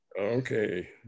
Okay